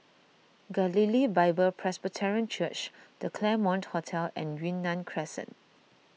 Galilee Bible Presbyterian Church the Claremont Hotel and Yunnan Crescent